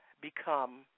become